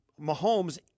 Mahomes